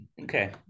okay